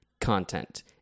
content